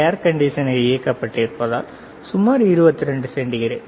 ஏர் conditioner இயக்கப்பட்டிருப்பதால் சுமார் 22 degree centigrade